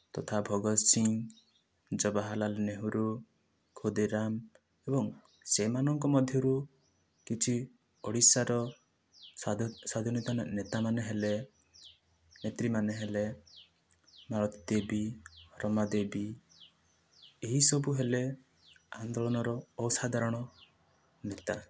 ତଥା ଭଗତ ସିଂ ଜବାହାରଲାଲ ନେହୁରୁ ଖୁଦିରାମ ଏବଂ ସେମାନଙ୍କ ମଧ୍ୟରୁ କିଛି ଓଡ଼ିଶାର ସ୍ୱାଧୀନତା ନେତା ମାନେ ହେଲେ ନେତ୍ରୀ ମାନେ ହେଲେ ମାଳତୀ ଦେବୀ ରମା ଦେବୀ ଏହି ସବୁ ହେଲେ ଆନ୍ଦୋଳନର ଅସାଧାରଣ ନେତା